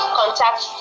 contact